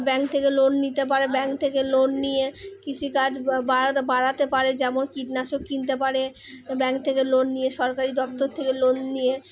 bank থেকে loan নিতে পারে ব্যাঙ্ক থেকে লোন নিয়ে কৃষিকাজ বাড়াতে বাড়াতে পারে যেমন কীটনাশক কিনতে পারে ব্যাঙ্ক থেকে লোন নিয়ে সরকারি দপ্তর থেকে লোন নিয়ে